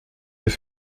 vais